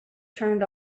turned